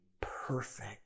perfect